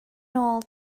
nôl